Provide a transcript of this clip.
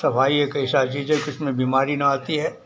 सफाई एक ऐसी चीज़ है जिसमें बिमारी न आती है